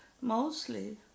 mostly